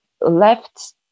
left